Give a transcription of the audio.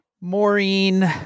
maureen